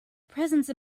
presence